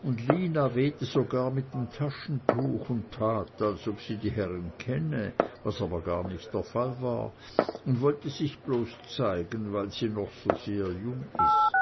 und lina wehte sogar mit dem taschentuch und tat als ob sie die herren kenne was aber gar nicht der fall war und wollte sich bloß zeigen weil sie noch so sehr jung ist